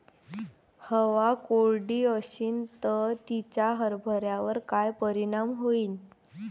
हवा कोरडी अशीन त तिचा हरभऱ्यावर काय परिणाम होईन?